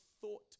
thought